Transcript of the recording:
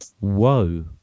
Whoa